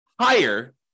higher